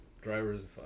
Drivers